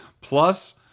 Plus